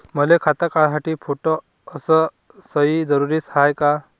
मले खातं काढासाठी फोटो अस सयी जरुरीची हाय का?